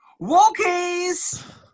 Walkies